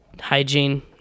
hygiene